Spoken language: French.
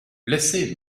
laissez